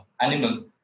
animal